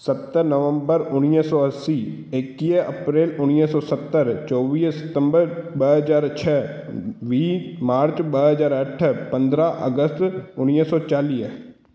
सत नवंबर उणिवीह सौ असी एक्वीह अप्रेल उणिवीह सौ सतरि चोवीह सितंबर ॾह हज़ार छह वीह मार्च ॿ हज़ार अठ पंदरहां अगस्त उणिवीह सौ चालीह